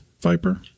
Viper